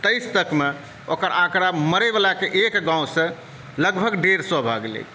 तेइस तकमे ओकर आँकड़ा मरयवलाक एक गाँवसॅं लगभग डेढ़ सए भऽ गेलै हँ